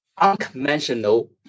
unconventional